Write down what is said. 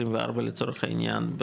לצורך העניין,